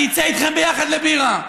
אני אצא איתכם ביחד לבירה.